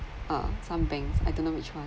uh some banks I don't know which one